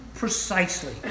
Precisely